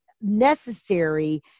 necessary